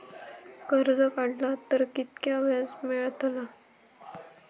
कर्ज काडला तर कीतक्या व्याज मेळतला?